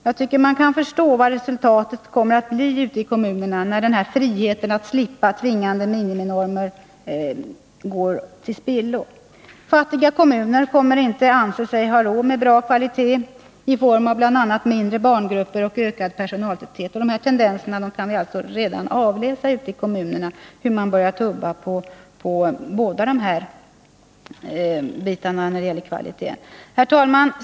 Jag tycker man kan förstå vad resultatet blir ute i kommunerna, om man slipper tvingande miniminormer. Fattiga kommuner kommer inte att anse sig ha råd med bra kvalitet i form av bl.a. mindre barngrupper och ökad personaltäthet. Sådana tendenser kan vi redan avläsa ute i kommunerna. Vi kan se hur man börjar tumma på båda dessa kvalitetskrav. Herr talman!